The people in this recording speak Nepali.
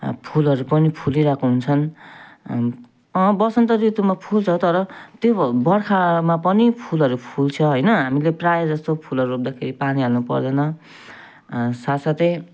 फुलहरू पनि फुलिरहेको हुन्छ अँ वसन्त ऋतुमा फुल्छ तर त्यो बर्खामा पनि फुलहरू फुल्छ होइन हामीले प्रायःजस्तो फुलहरू रोप्दाखेरि पानी हाल्नुपर्दैन साथ साथै